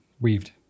Weaved